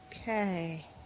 Okay